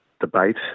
debate